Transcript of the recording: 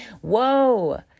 Whoa